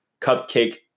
cupcake